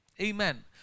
Amen